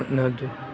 एतने रहऽ दियौ